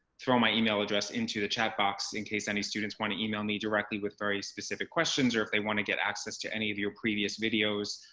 throw my email address into the chat box in case any students want to email me directly with very specific questions or if they want to get access to any of your previous videos.